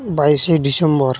ᱵᱟᱭᱤᱥᱮ ᱰᱤᱥᱮᱢᱵᱚᱨ